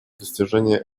достижения